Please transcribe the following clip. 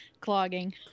Clogging